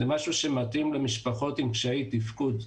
זה משהו שמתאים למשפחות עם קשיי תפקוד.